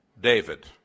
David